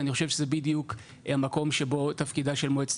אני חושב שזה בדיוק המקום שבו תפקידה של מועצת